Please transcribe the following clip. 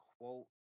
quote